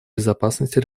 безопасности